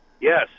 Yes